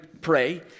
pray